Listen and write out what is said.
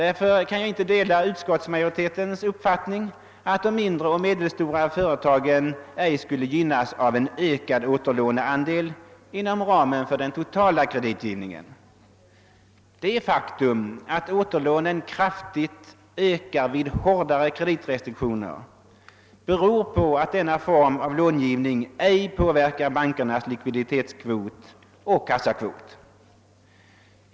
Jag kan därför inte dela utskottsmajoritetens uppfattning att de mindre och medelstora företagen ej skulle gynnas av en ökad återlåneandel inom ramen för den totala kreditgivningen. Att återlånen kraftigt ökar vid hårdare kreditrestriktioner beror på att denna form av långivning ej påverkar bankernas likviditetskvot och kassakvot.